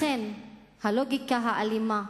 לכן, הלוגיקה האלימה,